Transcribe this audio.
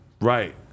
Right